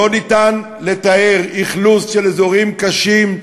לא ניתן לתאר אכלוס של אזורים קשים,